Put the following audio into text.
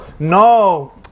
No